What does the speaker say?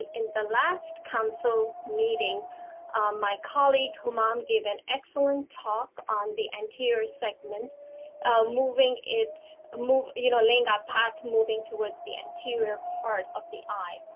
in the last council meeting my colleague houmam gave an excellent talk on the anterior segment moving it move you know laying a ah path moving towards the anterior part of the eye.